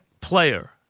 player